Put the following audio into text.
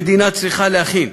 המדינה צריכה להכין,